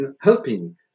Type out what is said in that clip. helping